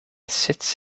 sits